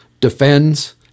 defends